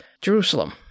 Jerusalem